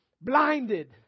blinded